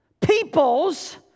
peoples